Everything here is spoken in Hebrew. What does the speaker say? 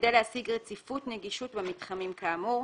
כדי להשיג רציפות נגישות במתחמים כאמור.